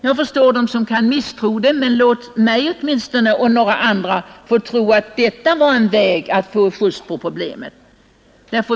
Jag förstår dem som misstror det, men låt mig åtminstone och några till få tro att detta skall vara en möjlig väg att få skjuts på problemet.